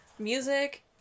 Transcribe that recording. Music